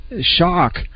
shock